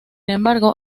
embargo